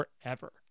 forever